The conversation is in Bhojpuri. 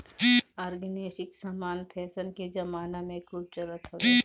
ऑर्गेनिक समान फैशन के जमाना में खूब चलत हवे